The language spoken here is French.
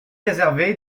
réservé